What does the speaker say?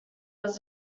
was